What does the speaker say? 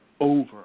over